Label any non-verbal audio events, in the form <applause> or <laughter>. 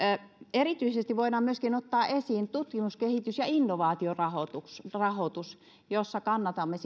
erityisesti voidaan ottaa esiin myöskin tutkimus kehitys ja innovaatiorahoitus jossa kannatamme <unintelligible>